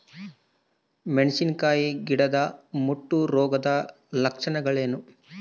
ಮೆಣಸಿನಕಾಯಿ ಗಿಡದ ಮುಟ್ಟು ರೋಗದ ಲಕ್ಷಣಗಳೇನು?